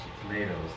tomatoes